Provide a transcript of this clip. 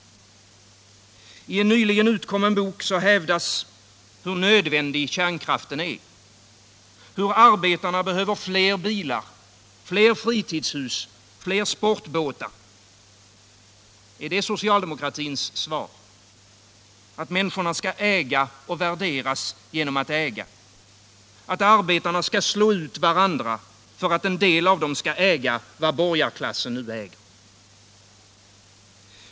I en nyligen utkommen bok hävdas hur nödvändig kärnkraften är. Hur arbetarna behöver fler bilar, fler fritidshus, fler sportbåtar. Är det socialdemokratins svar? Att människorna skall äga och värderas genom att äga? Att arbetarna skall slå ut varandra för att en del av dem skall äga vad borgarklassen äger?